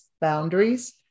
boundaries